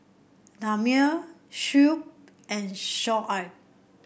Damia Shuib and Shoaib